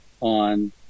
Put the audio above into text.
on